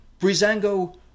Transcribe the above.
Brizango